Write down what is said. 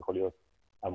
אלה יכולות להיות עמותות,